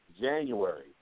January